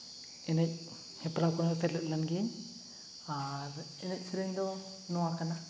ᱮᱱᱮᱡ ᱦᱮᱯᱨᱟᱣ ᱠᱚᱦᱚᱸ ᱥᱮᱞᱮᱫ ᱞᱮᱱ ᱜᱤᱭᱟᱹᱧ ᱟᱨ ᱮᱱᱮᱡ ᱥᱮᱨᱮᱧ ᱫᱚ ᱱᱚᱣᱟ ᱠᱟᱱᱟ